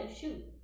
shoot